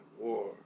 war